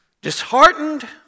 Disheartened